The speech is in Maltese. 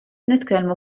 nitkellmu